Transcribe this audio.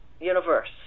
universe